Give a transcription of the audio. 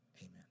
Amen